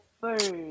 first